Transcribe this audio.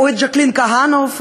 או את ז'קלין כהנוב,